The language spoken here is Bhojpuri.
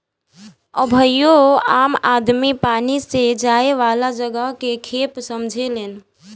अबहियो आम आदमी पानी से जाए वाला जहाज के खेप समझेलेन